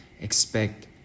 expect